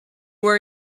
were